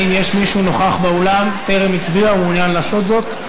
האם יש מישהו נוכח באולם שטרם הצביע ומעוניין לעשות זאת?